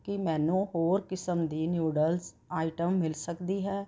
ਕੀ ਮੈਨੂੰ ਹੋਰ ਕਿਸਮ ਦੀ ਨੂਡਲਜ਼ ਆਈਟਮ ਮਿਲ ਸਕਦੀ ਹੈ